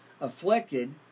afflicted